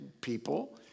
people